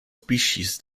species